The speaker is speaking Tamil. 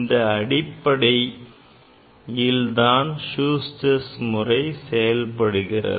இந்த அடிப்படையில் தான் Schuster's முறை செயல்படுகிறது